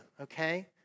okay